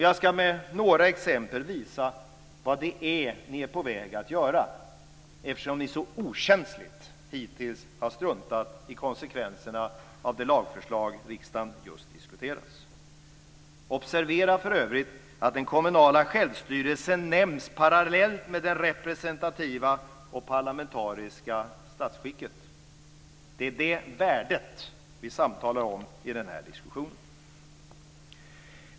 Jag ska med några exempel visa vad det är ni är på väg att göra, eftersom ni hittills så okänsligt har struntat i konsekvenserna av det lagförslag riksdagen just diskuterar. Observera för övrigt att den kommunala självstyrelsen nämns parallellt med det representativa och parlamentariska statsskicket. Det är det värdet vi samtalar om i den här diskussionen.